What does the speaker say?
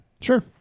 sure